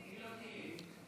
היא לא תהיה.